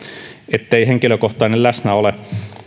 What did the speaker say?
ettei henkilökohtainen läsnäolo